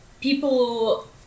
people